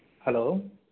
hello